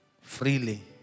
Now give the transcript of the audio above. freely